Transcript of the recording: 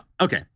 okay